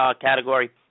category